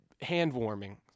hand-warming